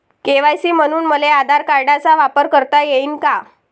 KYC म्हनून मले आधार कार्डाचा वापर करता येईन का?